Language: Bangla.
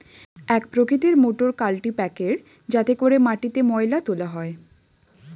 এক প্রকৃতির মোটর কাল্টিপ্যাকের যাতে করে মাটিতে ময়লা তোলা হয়